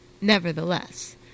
Nevertheless